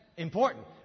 Important